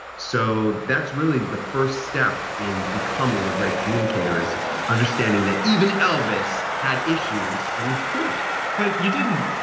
so that's really the first step in becoming a great communicator is understanding that even elvis had issues and it's cool clint, you didn't,